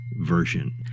version